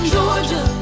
Georgia